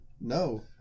No